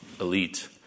elite